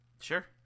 Sure